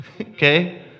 okay